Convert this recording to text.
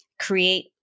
create